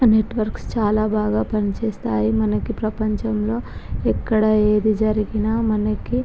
networks చాలా బాగా పని చేస్తాయి మనకి ప్రపంచంలో ఎక్కడ ఏది జరిగినా మనకి